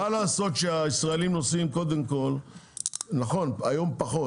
מה לעשות שהישראלים נוסעים היום פחות